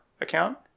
account